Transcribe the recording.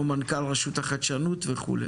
כמו מנכ"ל רשות החדשנות וכו'.